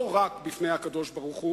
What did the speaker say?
לא רק בפני הקדוש-ברוך-הוא,